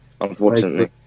unfortunately